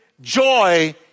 joy